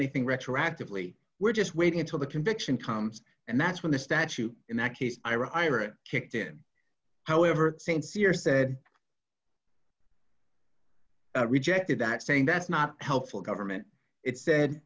anything retroactively we're just waiting until the conviction comes and that's when the statute in that case ira ira kicked in however st cyr said rejected that saying that's not helpful government it said